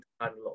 unlock